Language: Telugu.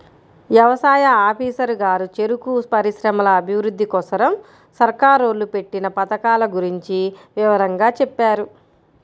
యవసాయ ఆఫీసరు గారు చెరుకు పరిశ్రమల అభిరుద్ధి కోసరం సర్కారోళ్ళు పెట్టిన పథకాల గురించి వివరంగా చెప్పారు